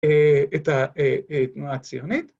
‫את התנועה הציונית